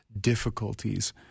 difficulties